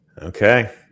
okay